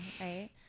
right